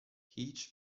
هیچ